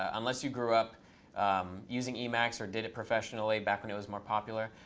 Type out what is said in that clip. ah unless you grew up using emacs or did it professionally back when it was more popular.